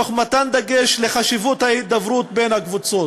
תוך מתן דגש לחשיבות ההידברות בין הקבוצות.